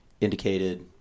indicated